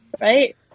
right